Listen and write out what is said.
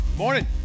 Morning